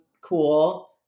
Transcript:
cool